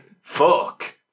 fuck